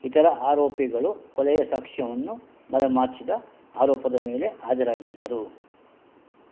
ಇತರ ಆರೋಪಿಗಳು ಕೊಲೆಯ ಸಾಕ್ಷ್ಯವನ್ನು ಮರೆಮಾಚಿದ ಆರೋಪದ ಮೇಲೆ ಹಾಜರಾಗಿದ್ದರು